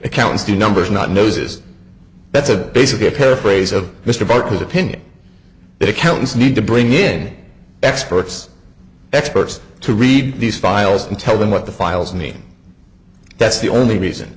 accountants do numbers not noses that's a basically a paraphrase of mr barker's opinion that accountants need to bring in experts experts to read these files and tell them what the files mean that's the only reason